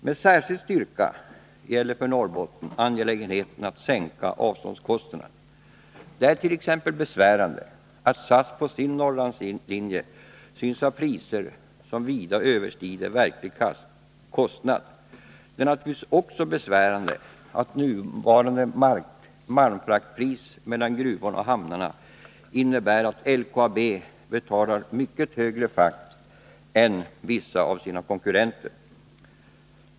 Med särskild styrka gäller för Norrbotten angelägenheten att sänka avståndskostnaderna. Det ärt.ex. besvärande att SAS på sin Norrlandslinje synes ha priser som vida överskrider verklig kostnad. Det är naturligtvis också besvärande att nuvarande malmfraktpris mellan gruvorna och hamnarna innebär att LKAB betalar mycket högre fraktkostnader än sina konkurrenter.